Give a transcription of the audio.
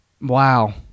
Wow